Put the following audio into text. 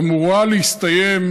ואמורה להסתיים,